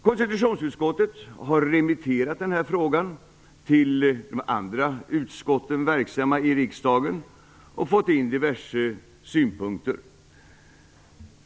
Konstitutionsutskottet har remitterat frågan till de andra utskotten i riksdagen och fått diverse synpunkter.